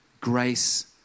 grace